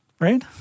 right